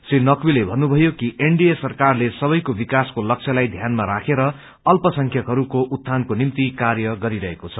श्री लकवले भन्नुमयो कि एनडिए सरकारले सबैको विकासको लक्ष्यलाई ध्यानमा राखेर अल्पसंख्यकहरूको उत्यानको निम्ति कार्य गरिरहेको छ